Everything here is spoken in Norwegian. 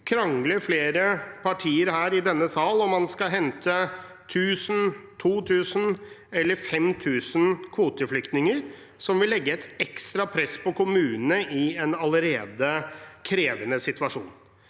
krangler flere partier her i denne sal om man skal hente 1 000, 2 000 eller 5 000 kvoteflyktninger, som vil legge et ekstra press på kommunene i en allerede krevende situasjon.